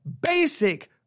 basic